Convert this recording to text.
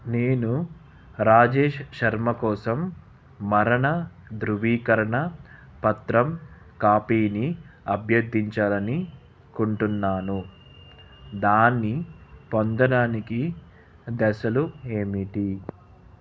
నేను రాజేష్ శర్మ కోసం మరణ ధృవీకరణ పత్రం కాపీని అభ్యర్థించాలి అనుకుంటున్నాను దాన్ని పొందడానికి దశలు ఏమిటి